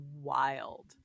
wild